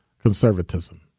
conservatism